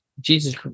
Jesus